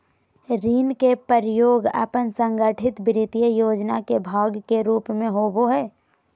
ऋण के प्रयोग अपन संगठित वित्तीय योजना के भाग के रूप में होबो हइ